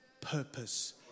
purpose